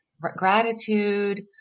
gratitude